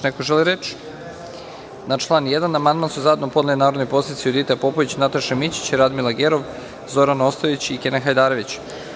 Na član 1. amandman su zajedno podneli narodni poslanici Judita Popović, Nataša Mićić, Radmila Gerov, Zoran Ostojić i Kenan Hajdarević.